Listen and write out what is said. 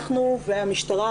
אנחנו והמשטרה,